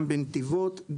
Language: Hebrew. גם בנתיבות,